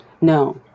No